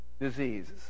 diseases